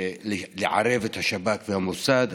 לערב את השב"כ והמוסד.